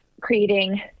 creating